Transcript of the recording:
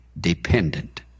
dependent